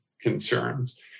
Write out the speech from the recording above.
concerns